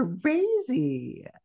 crazy